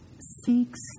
seeks